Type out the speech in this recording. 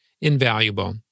invaluable